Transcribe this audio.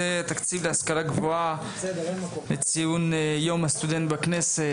בנושא: תקציב ההשכלה הגבוהה - לציון יום הסטודנט בכנסת,